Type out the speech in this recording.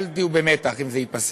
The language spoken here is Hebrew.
אל תהיו במתח אם זה ייפסק.